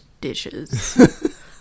dishes